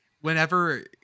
whenever